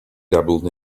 dabbled